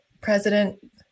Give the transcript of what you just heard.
president